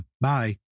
Bye